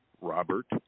Robert